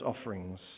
offerings